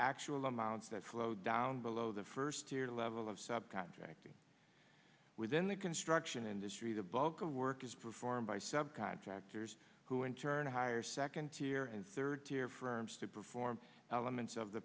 actual amounts that flow down below the first year level of sub contracting within the construction industry the bulk of the work is performed by sub contractors who in turn hire second tier and third tier firms to perform elements of the